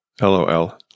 LOL